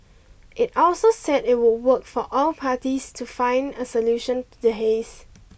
it also said it would work with all parties to find a solution to the haze